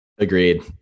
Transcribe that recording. Agreed